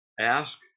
Ask